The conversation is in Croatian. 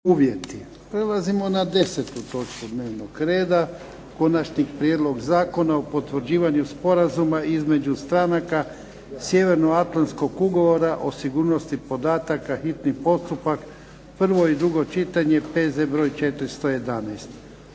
(HDZ)** Prelazimo na 10. točku dnevnog reda - Konačni prijedlog Zakona o potvrđivanju sporazuma između stranaka sjevernoatlantskog ugovora o sigurnosti podataka, hitni postupak, prvo i drugo čitanje, P.Z. br. 411.